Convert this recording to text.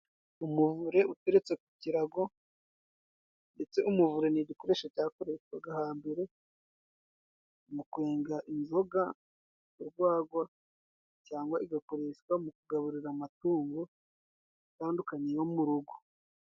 Umuvure uteretse ku kirago, ndetse umuvure ni igikoresho cyakoreshwaga hambere mu kwenga inzoga: Urwagwa cyangwa igakoreshwa mu ukugaburira amatungo atandukanye yo mu urugo.